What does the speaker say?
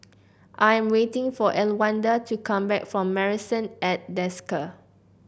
I am waiting for Elwanda to come back from Marrison at Desker